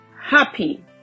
happy